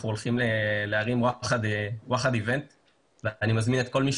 הולכים להרים אירוע ואני מזמין את כל מי